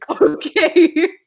Okay